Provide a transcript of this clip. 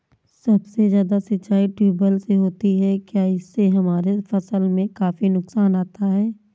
सबसे ज्यादा सिंचाई ट्यूबवेल से होती है क्या इससे हमारे फसल में काफी नुकसान आता है?